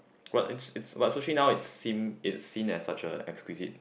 what it's what sushi now it seem it's seen as such a exquisite